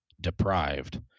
deprived